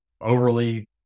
overly